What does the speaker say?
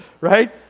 Right